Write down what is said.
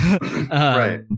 right